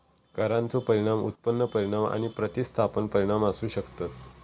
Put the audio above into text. करांचो परिणाम उत्पन्न परिणाम आणि प्रतिस्थापन परिणाम असू शकतत